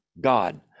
God